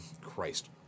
Christ